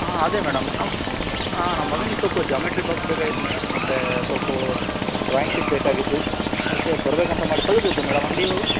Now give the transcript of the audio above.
ಹಾಂ ಅದೇ ಮೇಡಮ್ ನಮ್ಮ ನಮ್ಮ ಮಗನಿಗೆ ಸ್ವಲ್ಪ ಜಾಮಿಟ್ರಿ ಬಾಕ್ಸ್ ಬೇಕಾಗಿತ್ತು ಮೇಡಮ್ ಮತ್ತು ಸ್ವಲ್ಪ ಡ್ರಾಯಿಂಗ್ ಶೀಟ್ ಬೇಕಾಗಿದ್ದವು ಅದಕ್ಕೆ ಬರ್ಬೇಕು ಅಂತ ಮಾಡಿತ್ತು ತೆಗೆದಿರುತ್ತಾ ಮೇಡಮ್ ಅಂಗಡಿ ಇವಾಗ